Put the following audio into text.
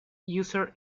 user